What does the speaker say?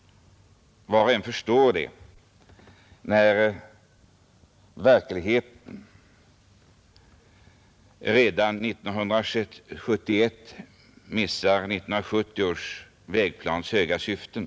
Var och en förstår det, när verkligheten redan 1971 missar 1970 års vägplans höga syften.